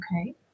okay